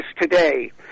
today